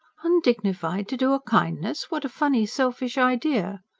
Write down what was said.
undignified to do a kindness? what a funny, selfish idea!